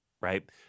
right